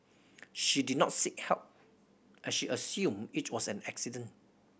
she did not seek help as she assumed it was an accident